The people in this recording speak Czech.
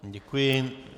Děkuji.